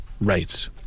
rights